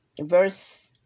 verse